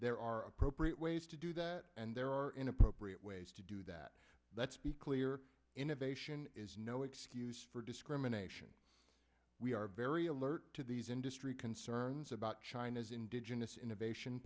there are appropriate ways to do that and there are inappropriate ways to do that let's be clear innovation is no excuse for discrimination we are very alert to these industry concerns about china's indigenous innovation